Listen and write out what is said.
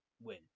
win